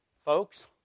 folks